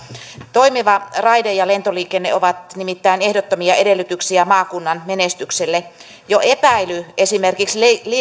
toimiva raide ja lentoliikenne ovat nimittäin ehdottomia edellytyksiä maakunnan menestykselle jo epäily esimerkiksi